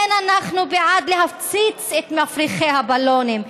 אנחנו כן בעד להפציץ את מפריחי הבלונים,